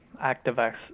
ActiveX